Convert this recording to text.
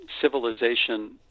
civilization